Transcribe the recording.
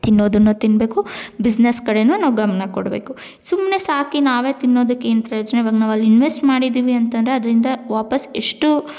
ತಿನ್ನೋದನ್ನು ತಿನ್ಬೇಕು ಬಿಸ್ನಸ್ ಕಡೆ ನಾವು ಗಮನ ಕೊಡಬೇಕು ಸುಮ್ಮನೆ ಸಾಕಿ ನಾವೇ ತಿನ್ನೋದಕ್ಕೆ ಏನು ಪ್ರಯೋಜನ ಇವಾಗ ನಾವಲ್ಲಿ ಇನ್ವೆಸ್ಟ್ ಮಾಡಿದ್ದೀವಿ ಅಂತಂದರೆ ಅದರಿಂದ ವಾಪಾಸ್ ಎಷ್ಟು